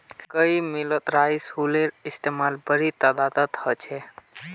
कई मिलत राइस हुलरेर इस्तेमाल बड़ी तदादत ह छे